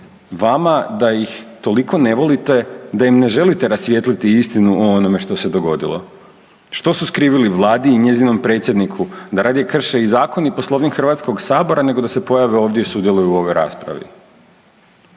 vama da ih toliko ne volite da im ne želite rasvijetliti istinu o onome što se dogodilo. Što su skrivili Vladi i njezinom predsjedniku da radije krše i zakon i Poslovnik Hrvatskog sabora nego da se pojave ovdje i sudjeluju u ovoj raspravi?